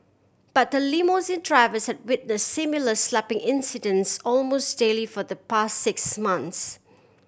but limousine driver has witness similar slapping incidents almost daily for the past six months